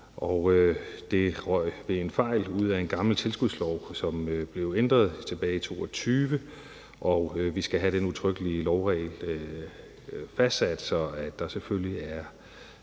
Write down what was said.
Det røg ved en fejl ud af en gammel tilskudslov, som blev ændret tilbage i 2022. Vi skal have den udtrykkelige lovregel fastsat, så der selvfølgelig